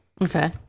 Okay